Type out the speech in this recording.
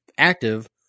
Active